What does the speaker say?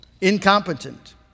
incompetent